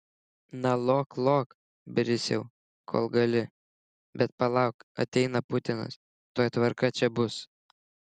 na lok lok brisiau kol gali bet palauk ateina putinas tuoj tvarka čia bus